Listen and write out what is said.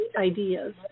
ideas